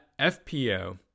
FPO